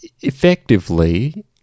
effectively